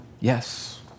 Yes